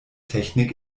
technik